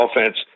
offense